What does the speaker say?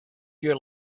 your